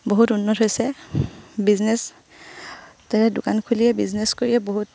বহুত উন্নত হৈছে বিজনেছ দোকান খুলিয়ে বিজনেছ কৰিয়ে বহুত